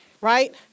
right